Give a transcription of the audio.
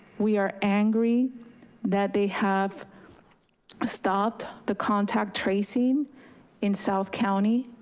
we are angry that they have stopped the contact tracing in south county.